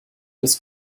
des